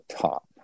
top